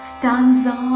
Stanza